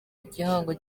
igihango